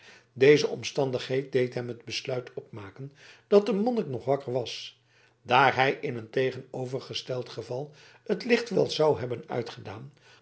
deze omstandigheid deed hem het besluit opmaken dat de monnik nog wakker was daar hij in een tegenovergesteld geval het licht wel zou hebben uitgedaan